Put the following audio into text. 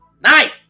night